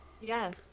Yes